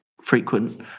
frequent